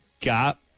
got